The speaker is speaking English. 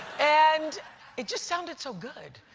and it just sounded so good.